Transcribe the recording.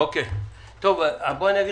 אגיד לך,